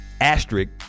asterisk